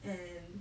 and